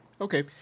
Okay